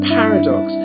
paradox